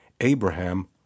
Abraham